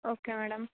okay madam